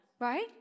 right